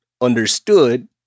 understood